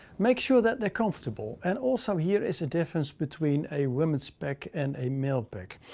make sure that they're comfortable. and also here is a difference between a women's pack and a male pack.